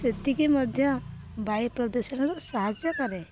ସେତିକି ମଧ୍ୟ ବାୟୁ ପ୍ରଦୂଷଣରେ ସାହାଯ୍ୟ କରେ